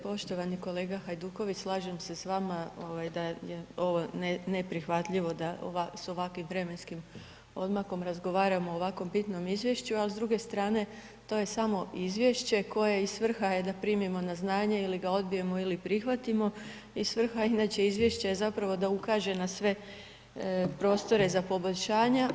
Poštovani kolega Hajduković, slažem se s vama da je ovo neprihvatljivo da sa ovakvim vremenskim odmakom razgovaramo o ovako bitnom izvješću, ali s druge strane to je samo izvješće koje i svrha je da primimo na znanje ili ga odbijemo ili prihvatimo i svrha inače izvješća je zapravo da ukaže na sve prostore za poboljšanja.